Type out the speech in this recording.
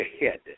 ahead